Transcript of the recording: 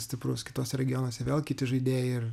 stiprus kituose regionuose vėl kiti žaidėjai ir